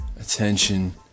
attention